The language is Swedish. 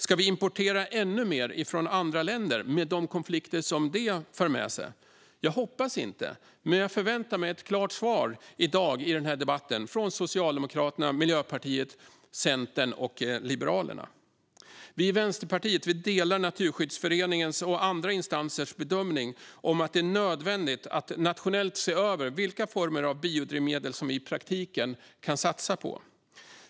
Ska vi importera ännu mer från andra länder med de konflikter som det för med sig? Jag hoppas inte det, och jag förväntar mig ett klart svar i dag i den här debatten från Socialdemokraterna, Miljöpartiet, Centerpartiet och Liberalerna. Vi i Vänsterpartiet delar Naturskyddsföreningens och andra instansers bedömning att det är nödvändigt att nationellt se över vilka former av biodrivmedel som vi i praktiken kan satsa på.